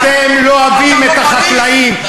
אתם לא אוהבים את החקלאים,